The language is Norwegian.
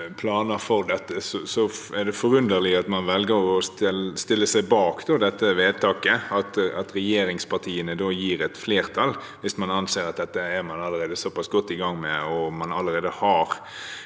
planer for dette, er det forunderlig at man velger å stille seg bak dette vedtaket, at regjeringspartiene sørger for flertall. Hvis man anser at dette er man allerede såpass godt i gang med, og man allerede har